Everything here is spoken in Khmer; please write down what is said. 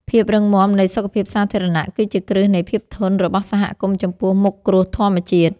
ភាពរឹងមាំនៃសុខភាពសាធារណៈ គឺជាគ្រឹះនៃភាពធន់របស់សហគមន៍ចំពោះមុខគ្រោះធម្មជាតិ។